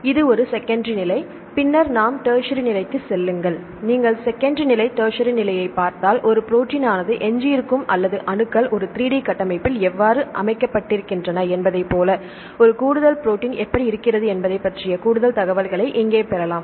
இது ஒரு செகண்டரி நிலை பின்னர் நாம் டெர்ஸ்சரி நிலைக்குச் செல்லுங்கள் நீங்கள் செகண்டரி நிலை டெர்ஸ்சரி நிலை நிலையைப் பார்த்தால் ஒரு ப்ரோடீன் ஆனது எஞ்சியிருக்கும் அல்லது அணுக்கள் ஒரு 3D கட்டமைப்பில் எவ்வாறு அமைக்கப்பட்டிருக்கின்றன என்பதைப் போல ஒரு கூடுதல் ப்ரோடீன் எப்படி இருக்கிறது என்பதைப் பற்றிய கூடுதல் தகவல்களை இங்கே பெறலாம்